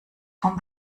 vom